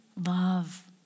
love